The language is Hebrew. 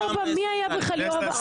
ב-24 מי היה בכלל יו"ר הוועדה?